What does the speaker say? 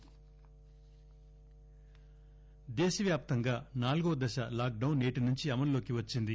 lock down దేశవ్యాప్తంగా నాల్గవ దశ లాక్ డొన్ సేటి నుంచి అమలులోకి వచ్చింది